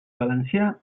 valencià